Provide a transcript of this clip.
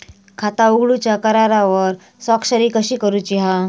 खाता उघडूच्या करारावर स्वाक्षरी कशी करूची हा?